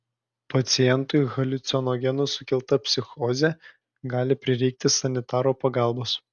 pacientui haliucinogenų sukelta psichozė gali prireikti sanitaro pagalbos